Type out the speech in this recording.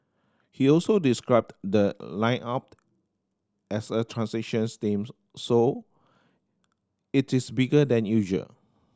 he also described the lineup as a transition teams so it is bigger than usual